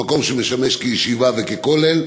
המקום שמשמש כישיבה וככולל.